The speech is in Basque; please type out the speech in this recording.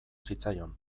zitzaion